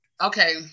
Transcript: Okay